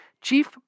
Chief